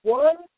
one